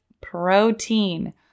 protein